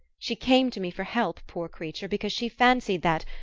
she came to me for help, poor creature, because she fancied that,